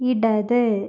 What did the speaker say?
ഇടത്